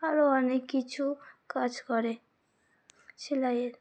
আরও অনেক কিছু কাজ করে সেলাইয়ের